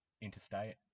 interstate